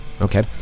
Okay